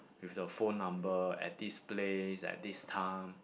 with the phone number at this place at this time